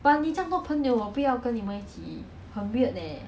I feel like sometimes when 你 exercise and you do circuits right